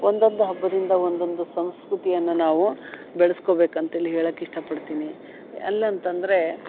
ಒಂದೊಂದು ಹಬ್ಬದಿಂದ ಒಂದೊಂದು ಸಂಸ್ಕೃತಿಯನ್ನ ನಾವು ಬೆಳ್ಸ್ಕೊಬೇಕು ಅಂತೇಳಿ ಹೇಳಕ್ಕೆ ಇಷ್ಟ ಪಡ್ತೀನಿ ಅಲ್ಲ ಅಂತಂದರೆ